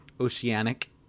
oceanic